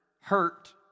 hurt